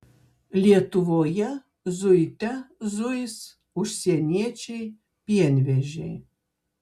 lietuvoje zuite zuis užsieniečiai pienvežiai